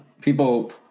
people